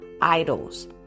idols